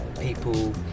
people